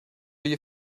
you